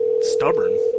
stubborn